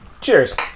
Cheers